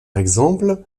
exemple